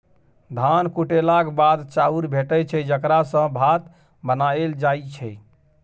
धान कुटेलाक बाद चाउर भेटै छै जकरा सँ भात बनाएल जाइ छै